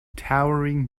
towering